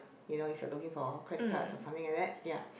you know if you're looking for credit card so something like that ya